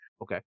Okay